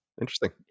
Interesting